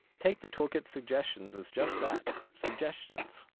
take the toolkit's suggestions as just that, suggestions.